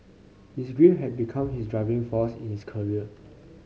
his grief had become his driving force in his career